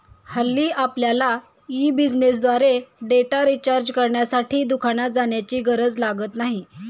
हल्ली आपल्यला ई बिझनेसद्वारे डेटा रिचार्ज करण्यासाठी दुकानात जाण्याची गरज लागत नाही